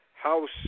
House